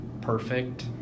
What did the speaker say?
perfect